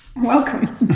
Welcome